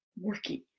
working